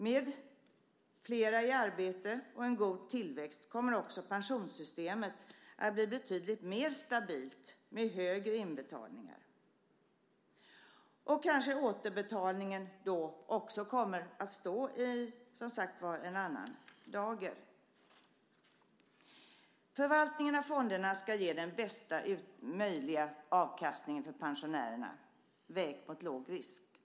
Med flera i arbete och en god tillväxt kommer också pensionssystemet att bli betydligt mer stabilt med högre inbetalningar. Återbetalningen kommer kanske då också att framstå i en annan dager. Förvaltningen av fonderna ska ge den bästa möjliga avkastningen för pensionärerna vägt mot låg risk.